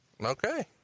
Okay